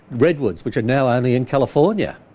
redwoods, which are now only in california.